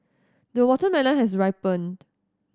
the watermelon has ripened